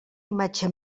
imatge